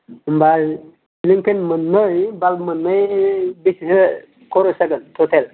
होमबा सिलिं फेन मोननै बाल्ब मोननै बेसेसो खरस जागोन टटेल